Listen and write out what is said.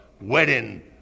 wedding